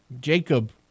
Jacob